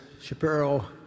shapiro